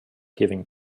giving